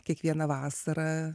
kiekvieną vasarą